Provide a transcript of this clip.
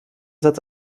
satz